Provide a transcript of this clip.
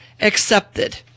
accepted